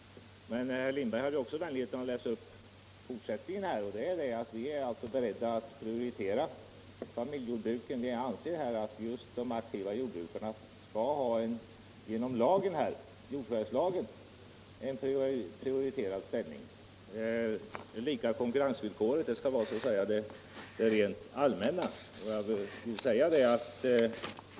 Herr Lindberg hade också vänligheten att läsa upp fortsättningen av motionen. Vi är beredda att prioritera familjejordbruken. Vi anser att de aktiva jordbrukarna genom jordförvärvslagen skall ha en prioriterad ställning. Det lika konkurrensvillkoret skall vara den allmänna förutsättningen.